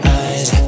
eyes